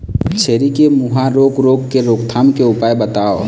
छेरी के मुहा रोग रोग के रोकथाम के उपाय बताव?